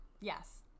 Yes